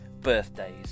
birthdays